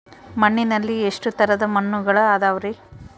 ಮಣ್ಣಿನಲ್ಲಿ ಎಷ್ಟು ತರದ ಮಣ್ಣುಗಳ ಅದವರಿ?